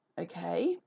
okay